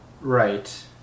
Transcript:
Right